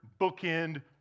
bookend